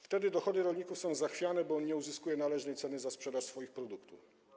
Wtedy dochody rolników są zachwiane, bo nie uzyskują oni należnej ceny za sprzedaż swoich produktów.